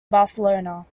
barcelona